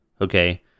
Okay